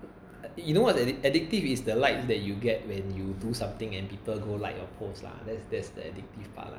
you know what the addictive is the likes that you get when you do something and people go like your post lah then there's the addictive part lah